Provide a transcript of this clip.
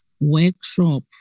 workshop